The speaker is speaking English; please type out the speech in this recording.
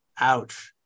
Ouch